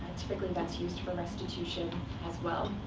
typically, that's used for restitution as well.